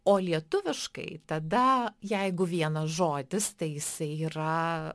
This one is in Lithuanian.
o lietuviškai tada jeigu vienas žodis tai jisai yra